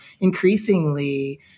increasingly